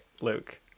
Luke